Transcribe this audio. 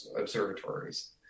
observatories